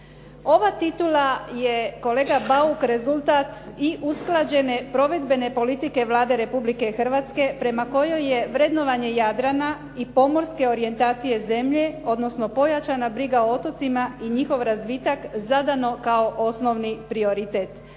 Ova titula je kolega Bauk rezultat i usklađene provedbene politike Vlade Republike Hrvatske prema kojoj je vrednovanje Jadrana i pomorske orijentacije zemlje, odnosno pojačana briga o otocima i njihov razvitak zadano kao osnovni prioritet